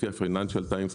לפי ה-פייננשלס טיימס,